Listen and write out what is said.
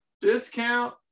discount